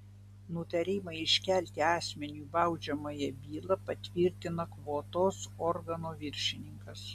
nutarimą iškelti asmeniui baudžiamąją bylą patvirtina kvotos organo viršininkas